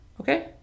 Okay